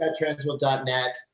Transworld.net